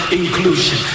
inclusion